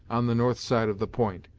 on the north side of the point.